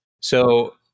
So-